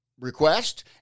request